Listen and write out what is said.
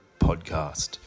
Podcast